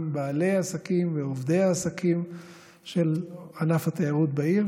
בעלי העסקים ועובדי העסקים של ענף התיירות בעיר,